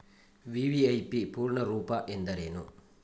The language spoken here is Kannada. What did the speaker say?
ವಿ.ವಿ.ಐ.ಪಿ ಪೂರ್ಣ ರೂಪ ಎಂದರೇನು?